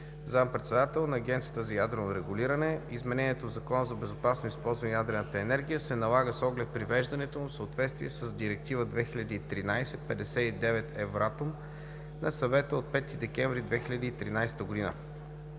заместник-председател на Агенцията за ядрено регулиране. Изменението в Закона за безопасно използване на ядрената енергия се налага с оглед привеждането му в съответствие с Директива 2013/59/Евратом на Съвета от 5 декември 2013 г.